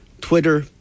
Twitter